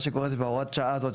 מה שקורה בהוראת השעה הזאת,